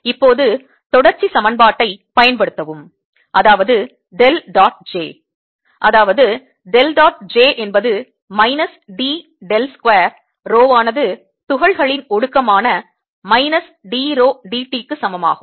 இப்போது தொடர்ச்சி சமன்பாட்டை பயன்படுத்தவும் அதாவது டெல் டாட் j அதாவது டெல் டாட் j என்பது minus D del square rho ஆனது துகள்களின் ஒடுக்கமான minus d rho d t க்கு சமமாகும்